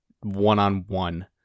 one-on-one